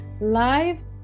live